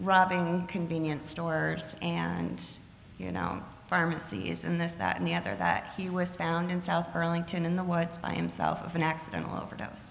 robbing convenience stores and pharmacies and this that and the other that he was found in south burlington in the woods by himself of an accidental overdose